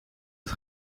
het